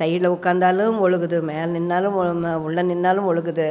சைட்டில் உட்காந்தாலும் ஒழுகுது மேலே நின்றாலும் உள்ளே நின்றாலும் ஒழுகுது